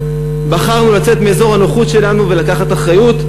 בחרנו לצאת מאזור הנוחות שלנו ולקחת אחריות,